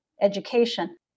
education